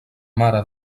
mare